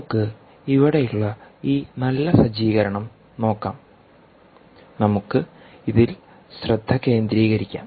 നമുക്ക് ഇവിടെയുളള ഈ നല്ല സജ്ജീകരണം നോക്കാം നമുക്ക് ഇതിൽ ശ്രദ്ധ കേന്ദ്രീകരിക്കാം